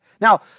Now